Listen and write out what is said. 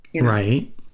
Right